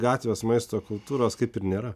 gatvės maisto kultūros kaip ir nėra